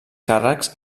càrrecs